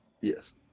Yes